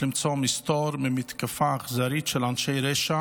למצוא מסתור ממתקפה אכזרית של אנשי רשע